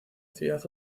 ciudad